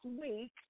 week